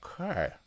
Okay